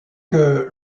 que